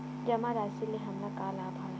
जमा राशि ले हमला का का लाभ हवय?